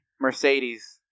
Mercedes